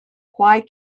why